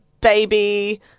baby